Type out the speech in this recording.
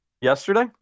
yesterday